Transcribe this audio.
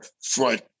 front